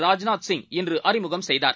ராஜ்நாத்சிங்இன்றுஅறிமுகம்செய்தார்